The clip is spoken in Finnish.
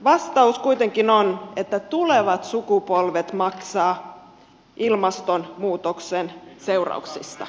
vastaus kuitenkin on että tulevat sukupolvet maksavat ilmastonmuutoksen seurauksista